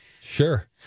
Sure